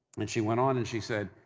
and she went on and she said,